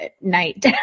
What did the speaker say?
night